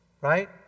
right